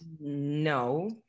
no